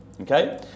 okay